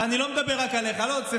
ואני לא מדבר רק עליך, לא, חברים,